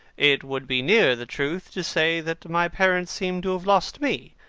it would be nearer the truth to say that my parents seem to have lost me.